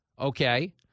okay